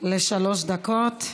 לשלוש דקות.